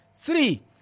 Three